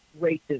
racism